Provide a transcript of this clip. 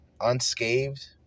unscathed